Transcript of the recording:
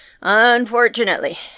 Unfortunately